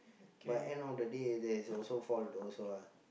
but end of the day there is also fault also ah